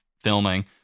filming